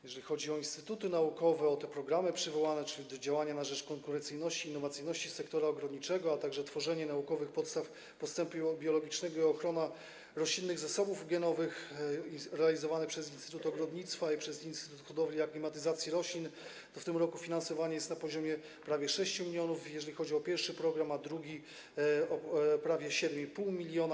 Jeżeli chodzi o instytuty naukowe, o przywołane programy, czyli „Działania na rzecz konkurencyjności i innowacyjności sektora ogrodniczego”, a także „Tworzenie naukowych podstaw postępu biologicznego i ochrona roślinnych zasobów genowych”, realizowane przez Instytut Ogrodnictwa i przez Instytut Hodowli i Aklimatyzacji Roślin, to w tym roku finansowanie jest na poziomie prawie 6 mln, jeżeli chodzi o pierwszy program, a drugi - na poziomie prawie 7,5 mln.